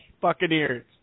Buccaneers